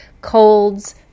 Colds